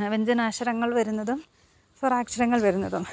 വ്യഞ്ജനാശരങ്ങൾ വരുന്നതും സ്വരാക്ഷരങ്ങൾ വരുന്നതും